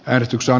äänestyksen